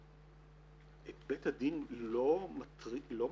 את בית הדין לא מטרידה,